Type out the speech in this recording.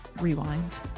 Rewind